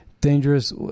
Dangerous